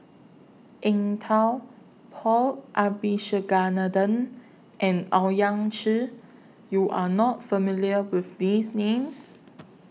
Eng Tow Paul Abisheganaden and Owyang Chi YOU Are not familiar with These Names